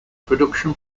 production